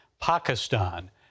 Pakistan